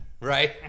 right